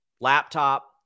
laptop